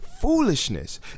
foolishness